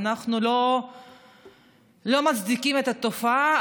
ואנחנו לא מצדיקים את התופעה,